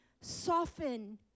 soften